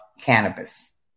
cannabis